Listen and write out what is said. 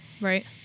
Right